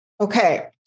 Okay